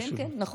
כן, כן, נכון.